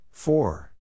Four